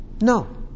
No